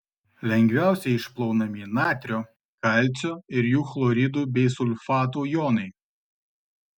lengviausiai išplaunami natrio kalcio ir jų chloridų bei sulfatų jonai